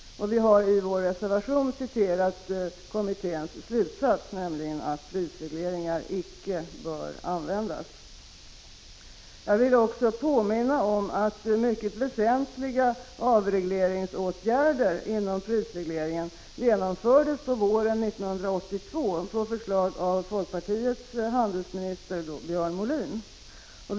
Vi har i vår reservation citerat kommitténs slutsats, nämligen att prisregleringar icke bör användas. Jag vill också påminna om att mycket väsentliga avregleringsåtgärder inom prisregleringen genomfördes våren 1982 på förslag av folkpartiets handelsminister Björn Molin.